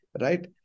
right